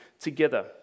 together